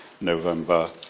November